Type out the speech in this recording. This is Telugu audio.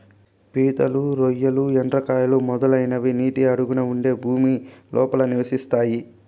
పీతలు, రొయ్యలు, ఎండ్రకాయలు, మొదలైనవి నీటి అడుగున ఉండే భూమి లోపల నివసిస్తాయి